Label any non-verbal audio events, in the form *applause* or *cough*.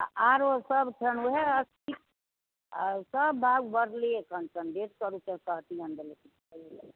आ आरो सब छनि वएह अस्सी आ सब भाव बढ़ले एखन छनि डेढ़ सए रुपये *unintelligible*